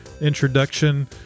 introduction